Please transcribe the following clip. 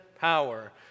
power